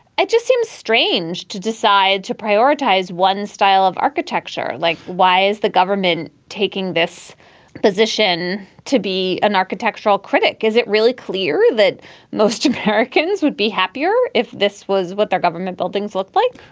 it just seems strange to decide to prioritize one style of architecture. like, why is the government taking this position to be an architectural critic? is it really clear that most americans would be happier if this was what their government buildings look like?